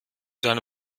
deine